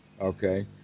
okay